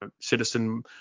citizen